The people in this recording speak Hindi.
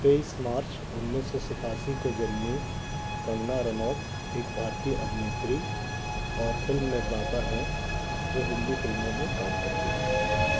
तेईस मार्च उन्नीस सौ सतासी को जन्मी कंगना रनौत एक भारतीय अभिनेत्री और फ़िल्म निर्माता है जो हिंदी फ़िल्मों में काम करती हैं